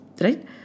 Right